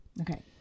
Okay